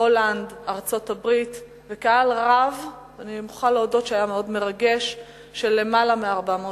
הולנד וארצות-הברית וקהל רב של למעלה מ-400 איש.